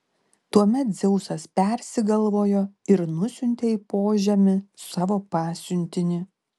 tuomet dzeusas persigalvojo ir nusiuntė į požemį savo pasiuntinį